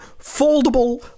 foldable